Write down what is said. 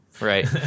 Right